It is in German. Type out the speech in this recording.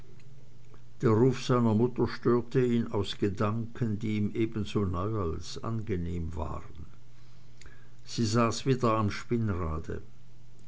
der ruf seiner mutter störte ihn aus gedanken die ihm ebenso neu als angenehm waren sie saß wieder am spinnrade